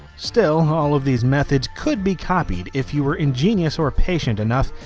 still all of these methods could be copied if you were ingenius or patient enough,